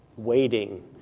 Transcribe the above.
Waiting